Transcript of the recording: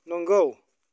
नोंगौ